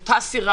בנק,